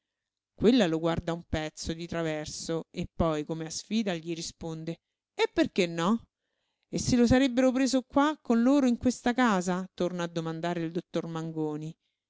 quella lo guarda un pezzo di traverso e poi come a sfida gli risponde e perché no e se lo sarebbero preso qua con loro in questa casa torna a domandare il dottor mangoni